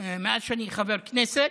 מאז שאני חבר כנסת.